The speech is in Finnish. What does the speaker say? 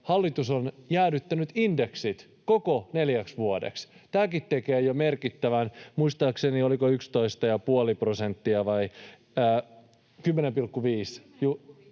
Hallitus on jäädyttänyt indeksit koko neljäksi vuodeksi. Tämäkin tekee jo merkittävän, muistaakseni se oli 11,5 prosenttia...